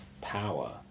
power